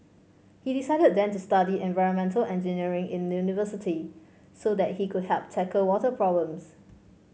he decided then to study environmental engineering in university so that he could help tackle water problems